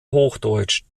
hochdeutsch